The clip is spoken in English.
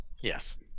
yes